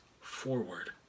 forward